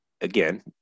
again